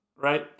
right